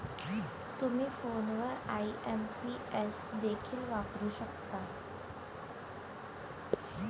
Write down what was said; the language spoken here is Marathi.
तुम्ही फोनवर आई.एम.पी.एस देखील वापरू शकता